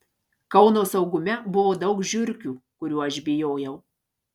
kauno saugume buvo daug žiurkių kurių aš bijojau